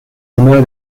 número